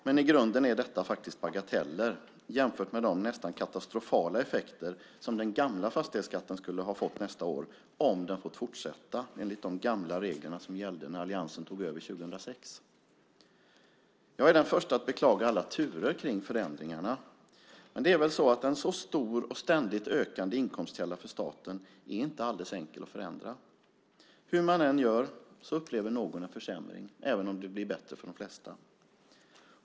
Men i grunden är detta faktiskt bagateller jämfört med de nästan katastrofala effekter som den gamla fastighetsskatten skulle ha fått nästa år om den fått fortsätta enligt de gamla regler som gällde när alliansen tog över 2006. Jag är den första att beklaga alla turerna omkring förändringarna. Men det är väl så att en så stor och ständigt ökande inkomstkälla för staten inte är alldeles enkel att förändra. Hur man än gör upplever någon en försämring, även om det blir bättre för de flesta.